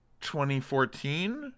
2014